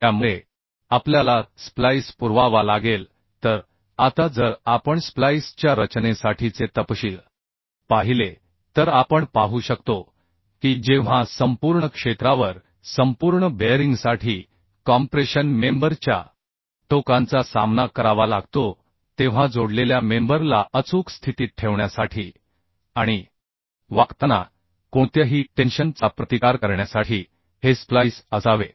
त्यामुळे आपल्याला स्प्लाईस पुरवावा लागेल तर आता जर आपण स्प्लाईस च्या रचनेसाठीचे तपशील पाहिले तर आपण पाहू शकतो की जेव्हा संपूर्ण क्षेत्रावर संपूर्ण बेअरिंगसाठी कॉम्प्रेशन मेंबर च्या टोकांचा सामना करावा लागतो तेव्हा जोडलेल्या मेंबर ला अचूक स्थितीत ठेवण्यासाठी आणि बेन्डींग साठी कोणत्याही टेन्शन चा प्रतिकार करण्यासाठी हे स्प्लाईस असावे